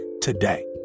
today